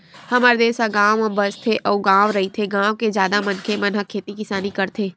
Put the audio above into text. हमर देस ह गाँव म बसथे अउ गॉव रहिथे, गाँव के जादा मनखे मन ह खेती किसानी करथे